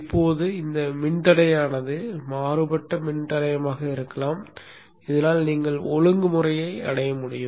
இப்போது இந்த மின்தடையானது மாறுபட்ட மின்தடையமாக இருக்கலாம் இதனால் நீங்கள் ஒழுங்குமுறையை அடைய முடியும்